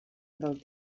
del